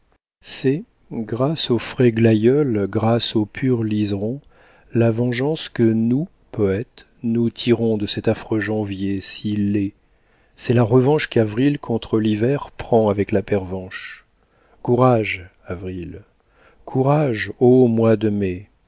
c'est grâce aux frais glaïeuls grâce aux purs liserons la vengeance que nous poètes nous tirons de cet affreux janvier si laid c'est la revanche qu'avril contre l'hiver prend avec la pervenche courage avril courage ô mois de mai